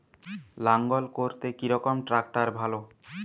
লাঙ্গল করতে কি রকম ট্রাকটার ভালো?